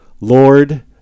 Lord